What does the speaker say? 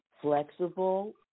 flexible